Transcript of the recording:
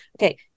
okay